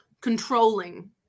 controlling